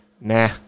nah